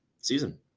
season